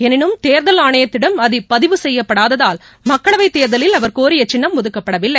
எளினும் தேர்தல் ஆணையத்திடம் அது பதிவு செய்யப்படாததால் மக்களவைத் தேர்தலில் அவர் கோரிய சின்னம் ஒதுக்கப்படவில்லை